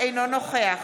אינו נוכח